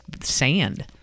sand